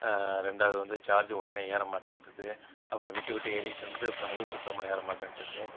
ரெண்டாவது வந்து சார்ஜ் உடனே ஏறமாட்டேன்ட்டுது அப்புறம் விட்டு விட்டு ஏறிட்டுருந்தது அப்புறம் அதுவும் சுத்தமாக ஏறமாட்டேன்ட்டுது